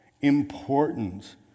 importance